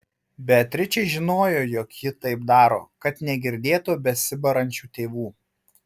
beatričė žinojo jog ji taip daro kad negirdėtų besibarančių tėvų